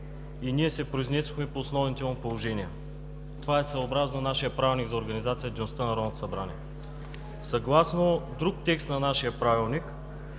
Ние се произнесохме по основните му положения. Това е съобразно нашия Правилник за организацията и дейността на Народното събрание. Съгласно друг текст от нашия Правилник,